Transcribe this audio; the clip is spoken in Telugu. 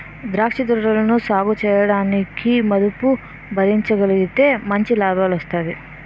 ద్రాక్ష తోటలని సాగుచేయడానికి మదుపు భరించగలిగితే మంచి లాభాలొస్తాయి